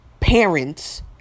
Parents